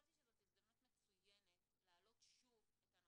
התרחשה תאונת דרכים וקיפח את חייו או